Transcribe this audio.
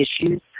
issues